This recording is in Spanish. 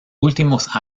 últimos